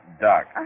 Doc